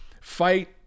fight